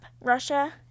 Russia